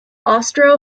austro